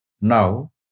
now